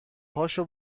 پاشو